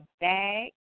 bag